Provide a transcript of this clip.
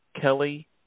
Kelly